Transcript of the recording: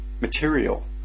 material